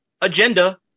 agenda